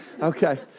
Okay